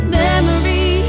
memory